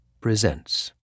Presents